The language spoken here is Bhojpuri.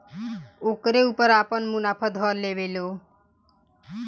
ओकरे ऊपर आपन मुनाफा ध लेवेला लो